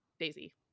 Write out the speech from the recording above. daisy